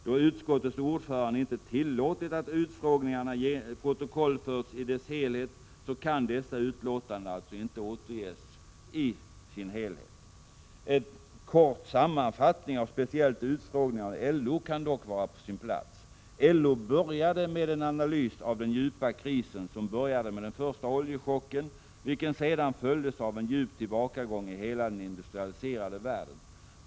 Då utskottets ordförande inte tillåtit att utfrågningarna protokollförts i sin helhet, kan dessa utlåtanden alltså inte heller återges i sin helhet. En kort sammanfattning av speciellt utfrågningen med LO kan dock vara på sin plats. LO började med en analys av den djupa kris som började med den första oljechocken, vilken sedan följdes av en stark ekonomisk tillbakagång i hela den industrialiserade världen.